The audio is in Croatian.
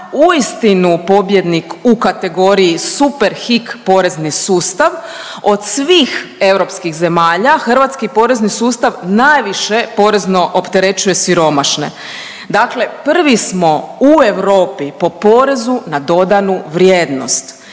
uistinu pobjednik u kategoriji Superhik porezni sustav od svih europskih zemalja, hrvatski porezni sustav najviše porezno opterećuje siromašne. Dakle prvi smo u Europi po porezu na dodanu vrijednost.